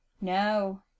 No